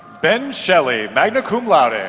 ben shelley, magna cum laude. and